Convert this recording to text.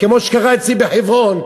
כמו שקרה לי בחברון,